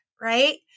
right